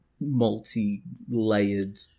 multi-layered